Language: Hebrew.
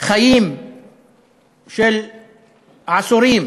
חיים של עשורים,